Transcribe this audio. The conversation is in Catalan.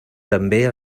també